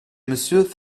monsieur